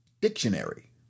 dictionary